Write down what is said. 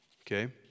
Okay